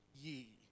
ye